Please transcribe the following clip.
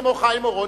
כמו חיים אורון,